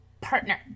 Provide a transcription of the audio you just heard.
partner